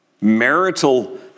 marital